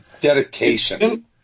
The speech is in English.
dedication